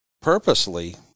purposely